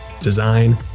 design